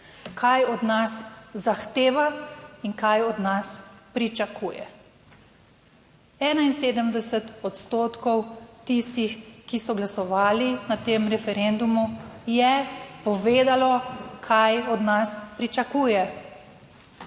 kaj od nas zahteva in kaj od nas pričakuje. 71 odstotkov tistih, ki so glasovali na tem referendumu, je povedalo, kaj od nas pričakuje.